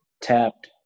tapped